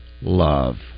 love